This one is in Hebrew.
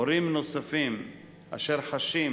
הורים נוספים אשר חשים